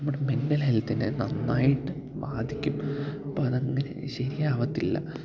നമ്മുടെ മെൻ്റൽ ഹെൽത്തിനെ നന്നായിട്ട് ബാധിക്കും അപ്പോള് അതങ്ങനെ ശരിയാവത്തില്ല